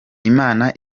imana